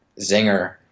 zinger